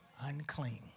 unclean